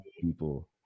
people